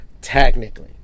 technically